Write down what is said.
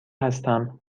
هستم